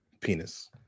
Penis